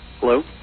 Hello